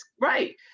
right